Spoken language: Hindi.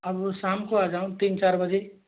अब शाम को आ जाऊँ तीन चार बजे